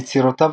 יצירותיו,